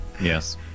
yes